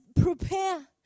prepare